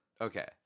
Okay